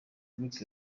rick